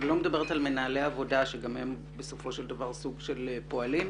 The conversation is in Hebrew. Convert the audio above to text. אני לא מדברת על מנהלי עבודה שגם הם בסופו של דבר סוג של פועלים.